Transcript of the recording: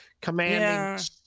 commanding